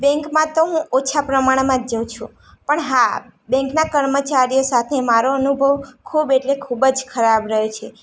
બેંકમાં તો હું ઓછા પ્રમાણમાં જ જાઉં છું પણ હા બેંકના કર્મચારીઓ સાથે મારો અનુભવ ખૂબ એટલે ખૂબ જ ખરાબ રહ્યો છે